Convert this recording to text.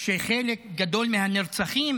שחלק גדול מנרצחים